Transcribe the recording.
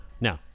no